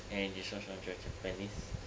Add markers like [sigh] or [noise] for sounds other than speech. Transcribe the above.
and [noise] japanese